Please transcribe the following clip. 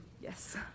Yes